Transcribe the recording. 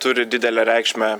turi didelę reikšmę